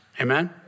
Amen